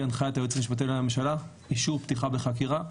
הנחיית היועץ המשפטי לממשלה אישור פתיחה בחקירה.